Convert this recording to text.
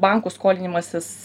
bankų skolinimasis